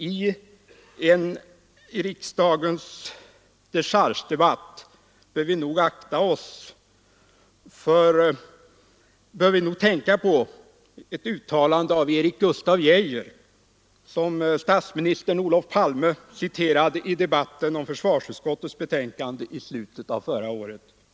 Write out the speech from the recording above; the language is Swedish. I en riksdagens dechargedebatt bör vi nog tänka på ett uttalande av Erik Gustaf Geijer, som statsminister Olof Palme citerade i debatten om försvarsutskottets betänkande nr 25 i slutet av förra året.